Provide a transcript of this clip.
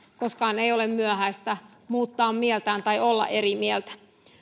koskaan ei ole myöhäistä muuttaa mieltään tai olla eri mieltä